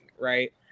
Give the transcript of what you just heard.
right